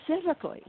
specifically